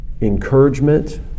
encouragement